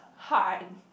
Heart